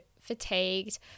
fatigued